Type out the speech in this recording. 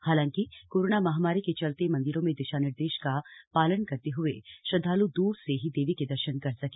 हालांकि कोरोना महामारी के चलते मंदिरों में दिशा निर्देश का पालन करते हुए श्रद्वाल् दूर से ही देवी के दर्शन कर सके